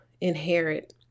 inherit